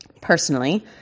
Personally